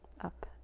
up